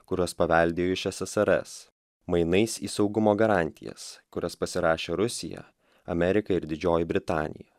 kuriuos paveldėjo iš ssrs mainais į saugumo garantijas kurias pasirašė rusija amerika ir didžioji britanija